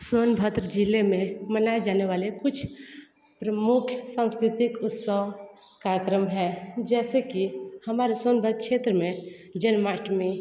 सोनभद्र ज़िले में मनाए जाने वाले कुछ प्रमुख सांस्कृतिक उत्सव कार्यक्रम है जैसे कि हमारे सोनभद्र क्षेत्र में जन्माष्टमी